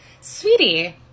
Sweetie